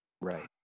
Right